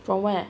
from where